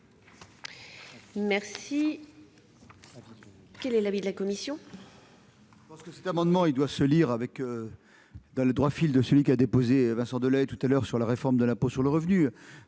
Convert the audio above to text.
Quel est l'avis de la commission ?